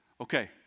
Okay